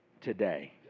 today